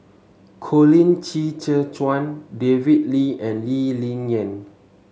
Colin Qi Zhe Quan David Lee and Lee Ling Yen